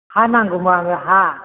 हा नांगौमोन आंनो हा